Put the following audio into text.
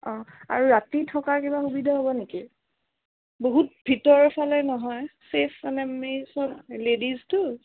অ' আৰু ৰাতি থকা কিবা সুবিধা হ'ব নেকি বহুত ভিতৰৰ ফালে নহয় চেফ মানে আমি চব লেডিজতো